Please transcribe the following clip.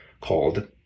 called